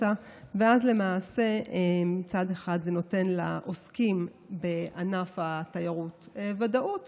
ואז למעשה מצד אחד זה נותן לעוסקים בענף התיירות ודאות